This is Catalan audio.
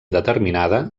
determinada